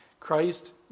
Christ